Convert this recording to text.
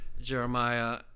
Jeremiah